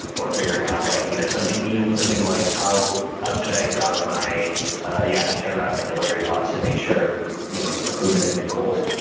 or figuring out like you know something even something like how how should i route my ah yeah, how should i route my delivery bots to make sure you know the food doesn't get cold,